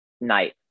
night